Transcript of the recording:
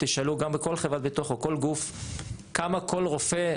תשאלו גם בכל חברת ביטוח או כל גוף כמה כל רופא,